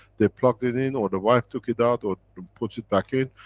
they plugged it in or the wife took it out or put it back in.